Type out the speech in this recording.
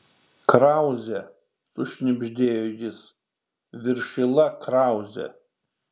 krauzė sušnibždėjo jis viršila krauzė